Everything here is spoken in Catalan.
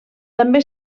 també